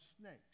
snakes